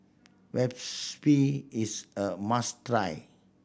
is a must try